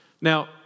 Now